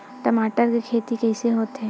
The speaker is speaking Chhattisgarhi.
टमाटर के खेती कइसे होथे?